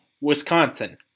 Wisconsin